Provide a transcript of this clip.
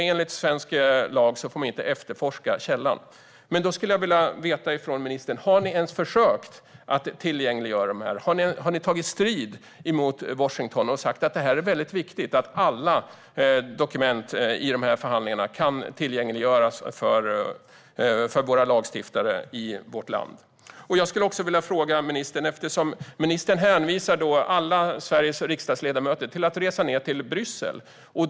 Enligt svensk lag får man inte efterforska källan. Jag skulle vilja veta från ministern: Har ni ens försökt att tillgängliggöra dem? Har ni tagit strid mot Washington och sagt att det är väldigt viktigt att alla dokument i förhandlingarna kan tillgängliggöras för våra lagstiftare i vårt land? Jag skulle också vilja ställa en fråga till ministern. Ministern hänvisar alla Sveriges riksdagsledamöter till att resa ned till Bryssel.